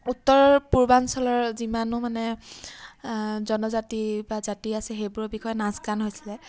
উত্তৰ পূৰ্বাঞ্চলৰ যিমানো মানে জনজাতি বা জাতি আছে সেইবোৰৰ বিষয়ে নাচ গান হৈছিলে